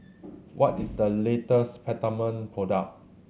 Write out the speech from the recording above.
what is the latest Peptamen product